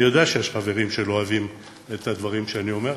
אני יודע שיש חברים שלא אוהבים את הדברים שאני אומר,